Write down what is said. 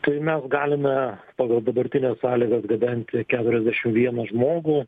tai mes galime pagal dabartines sąlygas gabenti keturiasdešim vieną žmogų